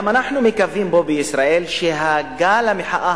גם פה בישראל אנחנו מקווים שגל המחאה